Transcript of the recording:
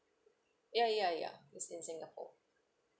ya ya ya it's in singapore